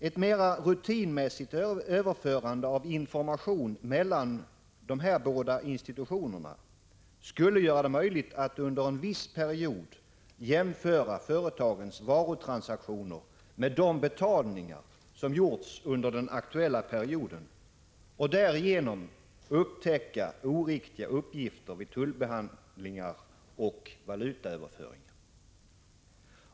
Ett mera rutinmässigt överförande av information mellan dessa organ skulle göra det möjligt att under en viss period jämföra företagens varutransaktioner med de betalningar som gjorts under den aktuella perioden och därigenom upptäcka oriktiga uppgifter vid tullbehandling och valutaöverföring.